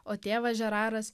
o tėvas žeraras